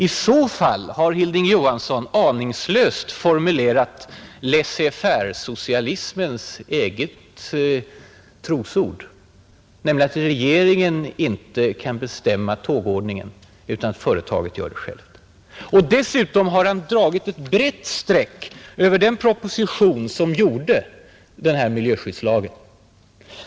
I så fall har Hilding Johansson aningslöst formulerat laisser fairesocialismens egen trossats, nämligen att regeringen inte kan bestämma tågordningen, utan att företaget gör det självt. Och dessutom har han dragit ett brett streck över den proposition som föreslog den här miljöskyddslagen.